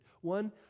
One